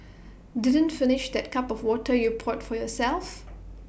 didn't finish that cup of water you poured for yourself